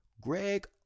Greg